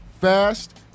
fast